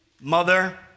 Mother